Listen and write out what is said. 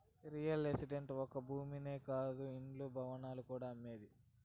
real estate ఒక్క భూమే కాదు ఇండ్లు, భవనాలు కూడా అమ్మేదే